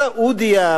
סעודיה,